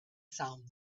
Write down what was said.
sound